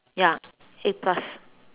ya eight plus